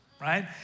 right